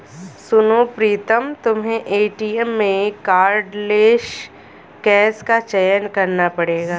सुनो प्रीतम तुम्हें एटीएम में कार्डलेस कैश का चयन करना पड़ेगा